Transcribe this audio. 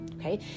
Okay